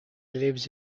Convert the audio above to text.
lives